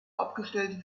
abgestellt